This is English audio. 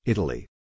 Italy